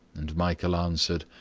and michael answered